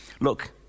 look